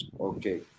Okay